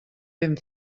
ben